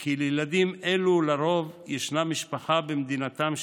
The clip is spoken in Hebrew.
כי לילדים אלו לרוב ישנה משפחה במדינתם שלהם,